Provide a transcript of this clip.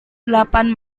delapan